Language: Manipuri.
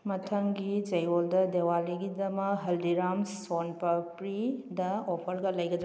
ꯃꯊꯪꯒꯤ ꯆꯌꯣꯜꯗ ꯗꯦꯋꯥꯂꯤꯒꯤꯗꯃꯛ ꯍꯜꯗꯤꯔꯥꯝ ꯁꯣꯟ ꯄꯥꯄ꯭ꯔꯤꯗ ꯑꯣꯐꯔꯒ ꯂꯩꯒꯗ꯭ꯔꯥ